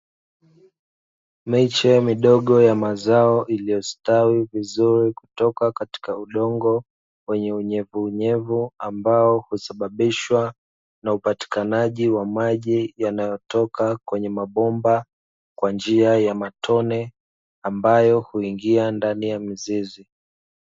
Miche midogo ya mazao iliyostawi vizuri kutoka katika udongo wenye unyevuunyevu, ambao husababishwa na upatikanaji wa maji yanayotoka kwenye mabomba kwa njia ya matone ambayo huingia ndani ya mizizi.